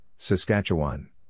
Saskatchewan